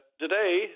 today